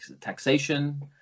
taxation